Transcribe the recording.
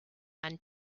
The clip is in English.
and